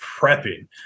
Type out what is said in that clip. prepping